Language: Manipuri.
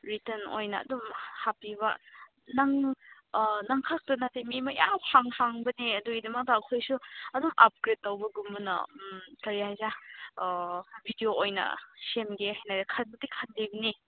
ꯔꯤꯇꯟ ꯑꯣꯏꯅ ꯑꯗꯨꯝ ꯍꯥꯞꯄꯤꯕ ꯅꯪ ꯅꯪ ꯈꯛꯇ ꯅꯠꯇꯦ ꯃꯤ ꯃꯌꯥꯝ ꯍꯪꯕꯅꯦ ꯑꯗꯨꯒꯤꯗꯃꯛꯇ ꯑꯩꯈꯣꯏꯁꯨ ꯑꯗꯨꯝ ꯑꯞꯒ꯭ꯔꯦꯗ ꯇꯧꯕꯒꯨꯝꯕꯅ ꯀꯔꯤ ꯍꯥꯏꯁꯤꯔꯥ ꯑꯥ ꯕꯤꯗꯤꯑꯣ ꯑꯣꯏꯅ ꯁꯦꯝꯒꯦ ꯍꯥꯏꯅ ꯈꯟꯗꯤ ꯈꯜꯂꯤꯕꯅꯤ